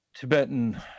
Tibetan